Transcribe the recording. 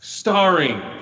Starring